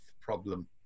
problem